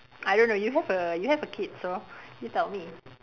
I don't know you have a you have a kid so you tell me